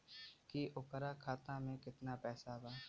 की ओकरा खाता मे कितना पैसा बा?